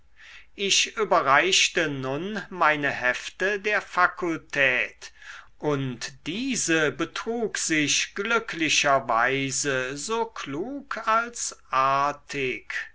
ich überreichte nun meine hefte der fakultät und diese betrug sich glücklicherweise so klug als artig